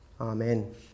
Amen